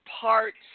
parts